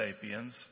sapiens